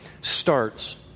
starts